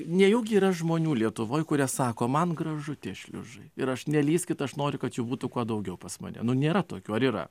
nejaugi yra žmonių lietuvoj kurie sako man gražu tie šliužai ir aš nelįskit aš noriu kad jų būtų kuo daugiau pas mane nu nėra tokių ar yra